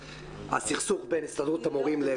הסכסוך בין הסתדרות המורים למשרד האוצר.